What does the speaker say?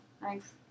Thanks